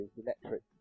electric